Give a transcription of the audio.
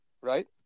Right